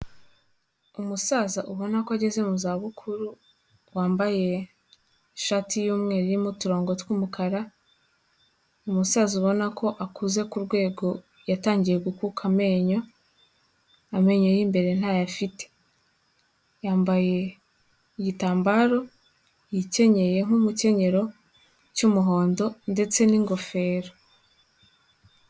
Umusaza ubona ko ageze mu zabukuru, wambaye ishati y'umweru irimo uturongo tw'umukara, umusaza ubona ko akuze ku rwego yatangiye gukuka amenyo, amenyo y'imbere ntayo afite. Yambaye igitambaro yikenyeye nk'umukenyero cy'umuhondo ndetse n'ingofero.